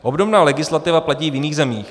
Obdobná legislativa platí v jiných zemích.